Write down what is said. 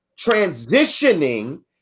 transitioning